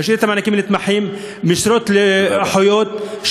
משרות לאחיות.